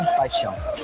paixão